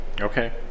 Okay